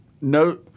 No